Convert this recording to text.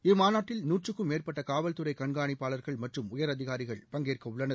இம்மாநாட்டில் நூற்றுக்கும் மேற்பட்ட காவல்துறை கண்காணிப்பாளர்கள் மற்றும் உயரதிகாரிகள் பங்கேற்கவுள்ளன்